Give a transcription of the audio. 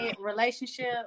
relationship